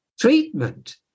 treatment